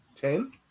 ten